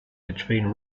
between